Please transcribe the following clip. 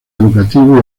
educativos